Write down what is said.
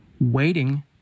Waiting